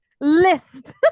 list